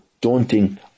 daunting